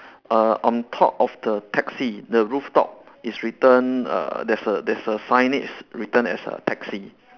err on top of the taxi the rooftop it's written uh there's a there's a signage written as a taxi